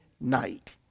night